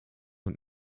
und